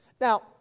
Now